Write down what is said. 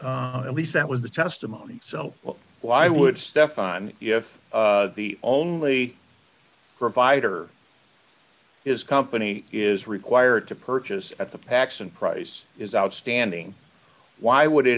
at least that was the testimony so why would stefan if the only provider his company is required to purchase at the pax and price is outstanding why would it